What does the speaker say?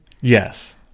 Yes